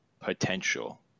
potential